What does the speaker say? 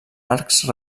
arcs